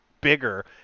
bigger